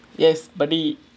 yes buddy